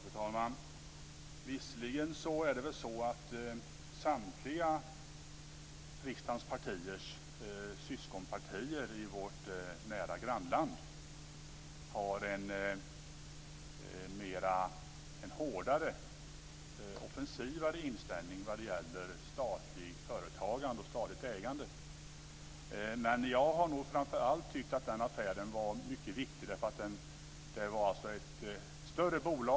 Fru talman! Visserligen är det väl så att samtliga riksdagens partiers syskonpartier i vårt nära grannland har en hårdare och offensivare inställning vad det gäller statligt företagande och statligt ägande. Men jag tyckte nog framför allt att den affären var mycket viktig därför att det hade blivit ett större bolag.